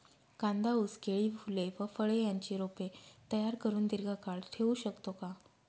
कांदा, ऊस, केळी, फूले व फळे यांची रोपे तयार करुन दिर्घकाळ ठेवू शकतो का?